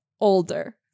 older